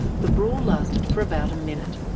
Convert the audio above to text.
the brawl lasted for about a minute.